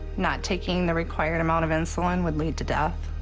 not taking the required amount of insulin would lead to death.